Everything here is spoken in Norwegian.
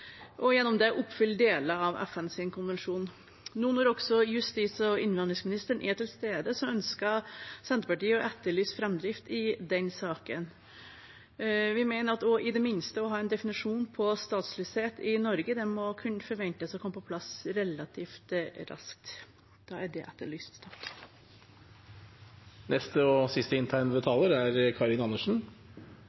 og gjennom det oppfylle deler av FNs konvensjon. Nå når også justis- og innvandringsministeren er til stede, ønsker Senterpartiet å etterlyse framdrift i den saken. Vi mener at i det minste å ha en definisjon på statsløshet i Norge må kunne forventes å komme på plass relativt raskt. Da er det etterlyst. Representanten Karin Andersen har hatt ordet to ganger tidligere og